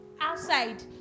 outside